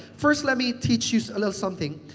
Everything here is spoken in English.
first, let me teach you a little something.